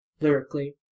Lyrically